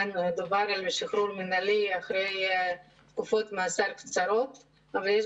כאן דובר על שחרור מינהלי אחרי תקופות מאסר קצרות אבל יש